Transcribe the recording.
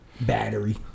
Battery